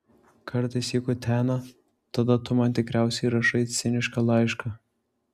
kartais jį kutena tada tu man tikriausiai rašai cinišką laišką